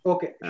Okay